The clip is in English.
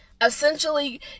Essentially